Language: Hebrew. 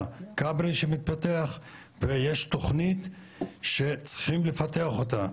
כברי שמתפתח ויש תוכנית שצריכים לפתח אותה,